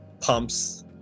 pumps